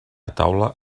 taula